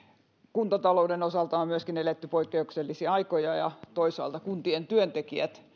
kuntatalouden osalta on myöskin eletty poikkeuksellisia aikoja ja toisaalta kuntien työntekijät